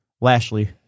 Lashley